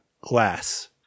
Glass